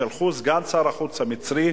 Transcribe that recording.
אבל הם שלחו את סגן שר החוץ המצרי,